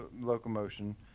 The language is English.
locomotion